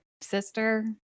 sister